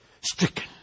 stricken